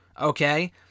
okay